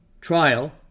trial